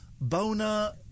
bona